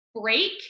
break